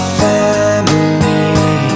family